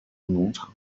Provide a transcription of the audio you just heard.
农场